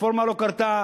הרפורמה לא קרתה,